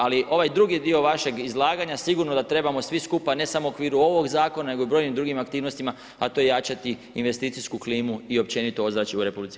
Ali ovaj drugi dio vašeg izlaganja sigurno da treba svi skupa ne samo u okviru ovog zakona nego i u brojnim drugim aktivnostima a to je jačati investicijsku klimu i općenito ozračje u RH.